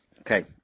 Okay